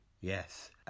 Yes